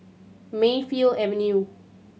Mayfield Avenue